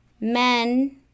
men –